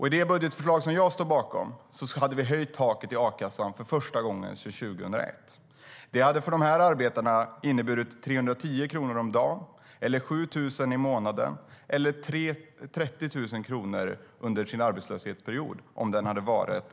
I det budgetförslag som jag står bakom hade vi höjt taket i a-kassan för första gången sedan 2001. Det hade för de här arbetarna inneburit 310 kronor om dagen eller 7 000 kronor i månaden eller 30 000 kronor under en arbetslöshetsperiod som varat i 100 dagar.